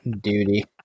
Duty